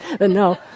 no